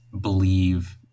believe